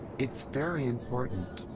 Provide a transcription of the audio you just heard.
it's very important.